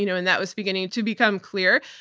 you know and that was beginning to become clear.